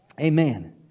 Amen